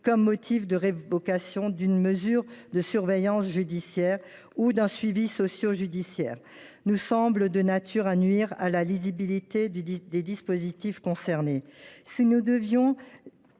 comme motif de révocation d’une mesure de surveillance judiciaire ou d’un suivi sociojudiciaire nous semblent de nature à nuire à la lisibilité des dispositifs concernés. Si nous devinons